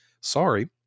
Sorry